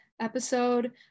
episode